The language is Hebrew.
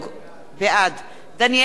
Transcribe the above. בעד דניאל הרשקוביץ,